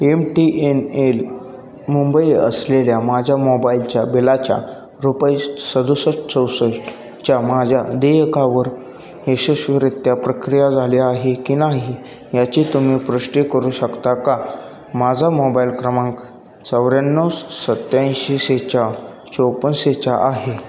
M T N L Mumbai असलेल्या माझ्या मोबाईलच्या बिलाच्या रुपये सदुसष्ट चौसष्ट च्या माझ्या देयकावर यशस्वीरित्या प्रक्रिया झाल्या आहे की नाही याची तुम्ही पुष्टी करू शकता का माझा मोबायल क्रमांक चौऱ्याण्णव सत्याऐंशी सेहचाळ चोपन्न सेहचाळ आहे